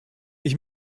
ich